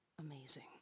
amazing